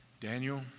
Daniel